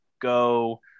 go